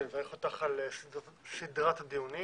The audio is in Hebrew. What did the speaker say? אני מברך אותך על סדרת הדיונים.